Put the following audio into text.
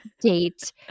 date